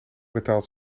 betaald